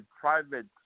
private